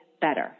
better